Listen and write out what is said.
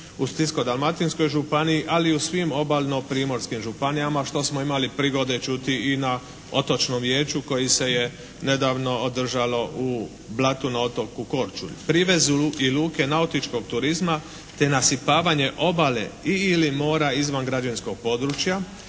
u Splitsko-Dalmatinskoj županiji ali i u svim obalno-primorskim županijama što smo imali prigode čuti i na otočnom vijeću koji se je nedavno održalo na Blatu na otoku Korčuli. Privezu i luke nautičkog turizma te nasipavanje obale i ili mora izvan građevinskog područja,